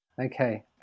Okay